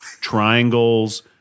triangles